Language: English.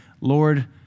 Lord